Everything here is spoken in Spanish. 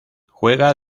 juega